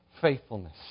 faithfulness